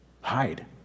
Hide